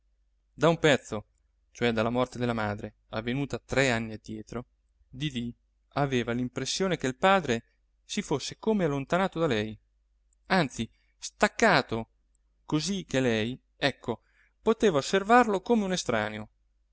da un pezzo cioè dalla morte della madre avvenuta tre anni addietro didì aveva l'impressione che il padre si fosse come allontanato da lei anzi staccato così che lei ecco poteva osservarlo come un estraneo